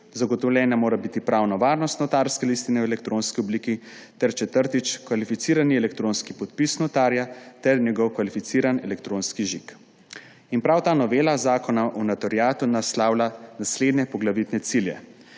zagotovljena mora biti pravna varnost notarske listine v elektronski obliki. Četrtič: kvalificirani elektronski podpis notarja ter njegov kvalificiran elektronski žig. Prav ta novela Zakona o notariatu naslavlja naslednje poglavitne cilje: